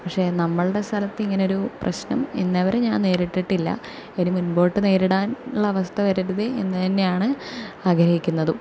പക്ഷേ നമ്മളുടെ സ്ഥലത്ത് ഇങ്ങനെ ഒരു പ്രശ്നം ഇന്നേ വരെ ഞാൻ നേരിട്ടട്ടില്ല ഇനി മുൻപോട്ട് നേരിടാൻ ഉള്ള അവസ്ഥ വരരുതേ എന്ന് തന്നെയാണ് ആഗ്രഹിക്കുന്നതും